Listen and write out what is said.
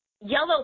Yellow